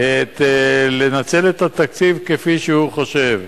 לנצל את התקציב כפי שהוא חושב.